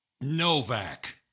Novak